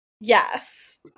yes